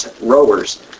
rowers